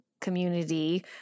community